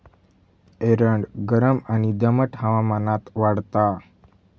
एरंड गरम आणि दमट हवामानात वाढता